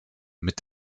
mit